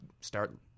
start